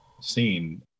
seen